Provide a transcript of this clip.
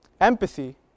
Empathy